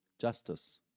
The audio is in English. justice